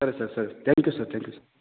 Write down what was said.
ಸರಿ ಸರ್ ಸರಿ sir thank you sir thank you sir